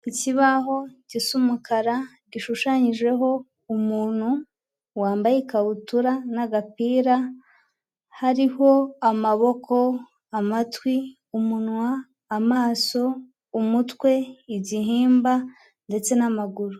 Ikibaho gisa umukara gishushanyijeho umuntu wambaye ikabutura n'agapira hariho amaboko, amatwi, umunwa, amaso, umutwe, igihimba ndetse n'amaguru.